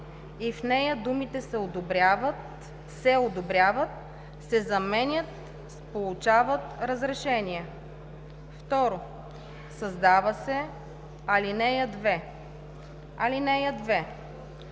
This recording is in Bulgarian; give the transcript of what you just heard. и в нея думите „се одобряват“ се заменят с „получават разрешение“. 2. Създава се ал. 2: